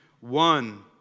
One